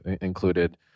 included